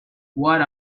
what